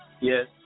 Yes